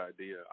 idea